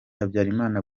habyarimana